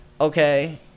okay